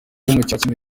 imikino